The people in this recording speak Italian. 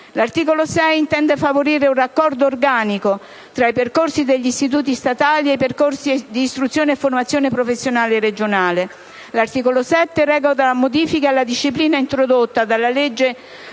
L'articolo 6 intende favorire un raccordo organico tra i percorsi degli istituti statali e i percorsi di istruzione e formazione professionale regionale. L'articolo 7 reca modifiche alla disciplina introdotta dalla legge